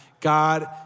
God